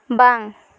ᱵᱟᱝ